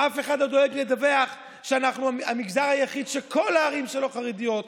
אף אחד לא דואג לדווח שאנחנו המגזר היחיד שכל הערים שלו ירוקות.